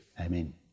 Amen